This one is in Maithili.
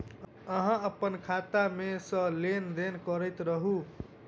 अहाँ अप्पन खाता मे सँ लेन देन करैत रहू?